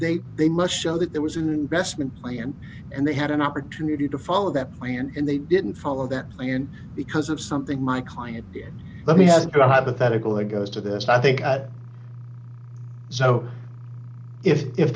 they they must show that there was an investment plan and they had an opportunity to follow that plan and they didn't follow that in because of something my client did let me have a hypothetical it goes to this i think so if